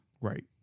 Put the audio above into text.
Right